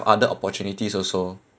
other opportunities also